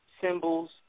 symbols